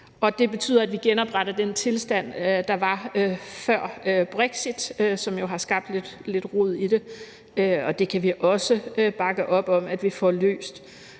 Det betyder, at vi genopretter den tilstand, der var før Brexit, som jo har skabt lidt rod i det, og det kan vi også bakke op om. Så er der en